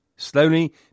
Slowly